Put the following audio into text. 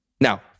Now